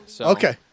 okay